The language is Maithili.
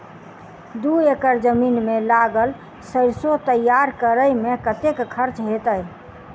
दू एकड़ जमीन मे लागल सैरसो तैयार करै मे कतेक खर्च हेतै?